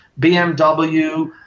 BMW